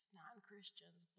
non-Christians